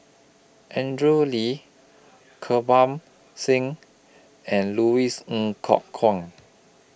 Andrew Lee Kirpal Singh and Louis Ng Kok Kwang